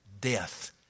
death